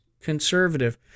conservative